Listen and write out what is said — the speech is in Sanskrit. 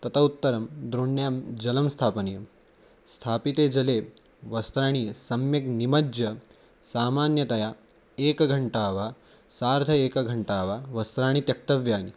तत उत्तरं द्रोण्यां जलं स्थापनीयं स्थापिते जले वस्त्राणि सम्यक् निमज्य सामान्यतया एकघण्टा वा सार्ध एकघण्टा वा वस्त्राणि त्यक्तव्यानि